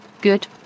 good